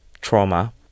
trauma